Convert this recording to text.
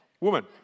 woman